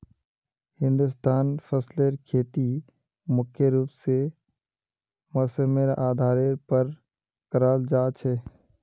हिंदुस्तानत फसलेर खेती मुख्य रूप से मौसमेर आधारेर पर कराल जा छे